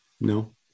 No